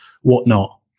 whatnot